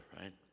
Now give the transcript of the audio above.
right